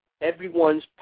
Everyone's